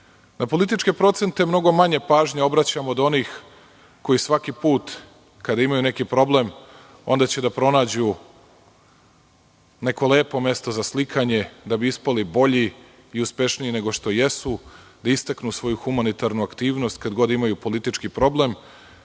Na političke procente mnogo manje pažnje obraćam od onih koji svaki put kada imaju neki problem onda će da pronađu neko lepo mesto za slikanje, da bi ispali bolji i uspešniji nego što jesu, da istaknu svoju humanitarnu aktivnost kad god imaju politički problem.